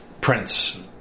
Prince